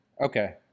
Okay